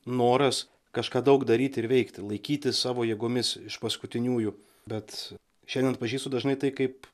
noras kažką daug daryt ir veikti laikytis savo jėgomis iš paskutiniųjų bet šiandien atpažįstu dažnai tai kaip